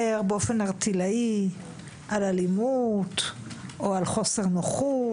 באופן ערטילאי על אלימות או על חוסר נוחות.